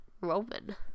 Roman